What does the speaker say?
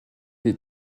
des